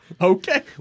Okay